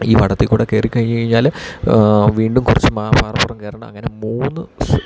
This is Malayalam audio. ഈ വടത്തിൽ കൂടെ കയറി കഴിഞ്ഞ് കഴിഞ്ഞാല് വീണ്ടും കുറച്ച് മ പാറപ്പുറം കയറണം അങ്ങനെ മൂന്ന്